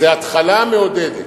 זה התחלה מעודדת.